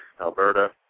Alberta